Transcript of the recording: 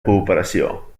cooperació